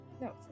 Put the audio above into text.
No